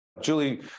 Julie